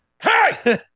Hey